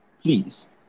please